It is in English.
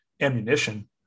ammunition